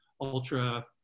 ultra